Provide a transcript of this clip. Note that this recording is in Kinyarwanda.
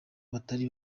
batari